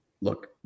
look